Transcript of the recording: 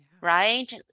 right